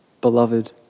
Beloved